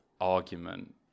argument